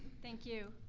thank you.